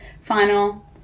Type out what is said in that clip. final